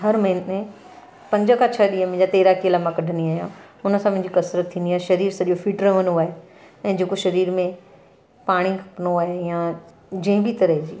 हर महीने पंज खां छह ॾींहं मुंहिंजा तैराकीअ लाइ मां कढंदी आहियां उनसां मुंहिंजी कसरत थींदी आहे शरीर सॼो फ़िट रहंदो आहे ऐं जेको शरीर में पाणी हूंदो आहे या जंहिं बि तरह जी